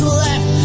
left